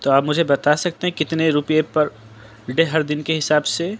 تو آپ مجھے بتا سکتے ہیں کتنے روپیے پر ڈے ہر دن کے حساب سے